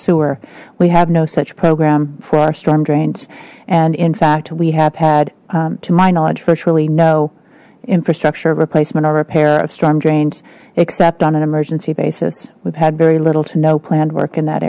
sewer we have no such program for our storm drains and in fact we have had to my knowledge virtually no infrastructure replacement or repair of storm drains except on an emergency basis we've had very little to no planned work in that